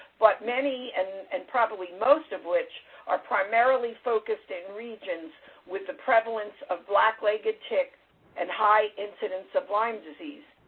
but many, and and probably most of which are primarily focused in regions with a prevalence of black-legged ticks and high incidence of lyme disease.